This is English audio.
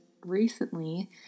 Recently